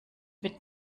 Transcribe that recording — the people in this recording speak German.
mit